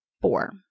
four